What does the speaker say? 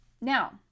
Now